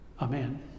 Amen